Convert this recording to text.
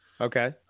okay